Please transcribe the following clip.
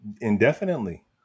indefinitely